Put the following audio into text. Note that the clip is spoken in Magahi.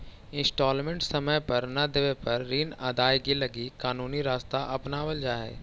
इंस्टॉलमेंट समय पर न देवे पर ऋण अदायगी लगी कानूनी रास्ता अपनावल जा हई